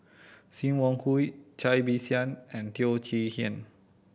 Sim Wong Hoo Cai Bixia and Teo Chee Hean